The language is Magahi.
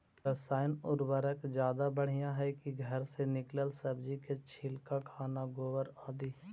रासायन उर्वरक ज्यादा बढ़िया हैं कि घर से निकलल सब्जी के छिलका, खाना, गोबर, आदि?